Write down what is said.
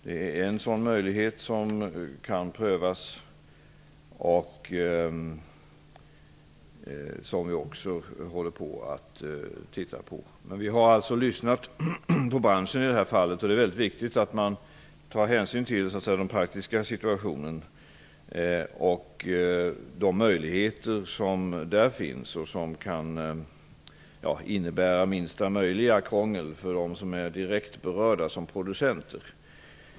Det är en möjlighet som kan prövas och som vi också håller på att titta på. Vi har lyssnat på branschen i det här fallet. Det är viktigt att man tar hänsyn till den praktiska situationen och undersöker vilka möjligheter som där finns och som kan innebära minsta möjliga krångel för dem som är direkt berörda, dvs. producenterna.